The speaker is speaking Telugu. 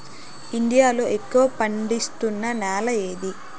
ఇండియా లో ఎక్కువ పండిస్తున్నా నేల ఏది?